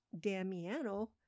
Damiano